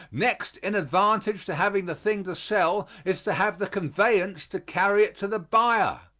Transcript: next in advantage to having the thing to sell is to have the conveyance to carry it to the buyer.